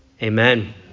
Amen